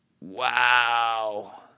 Wow